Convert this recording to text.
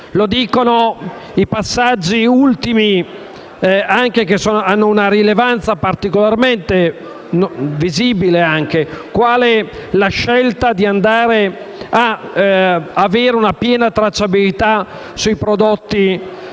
lo dicono i passaggi ultimi, che hanno una rilevanza particolarmente visibile, come nel caso della scelta di avere una piena tracciabilità sui prodotti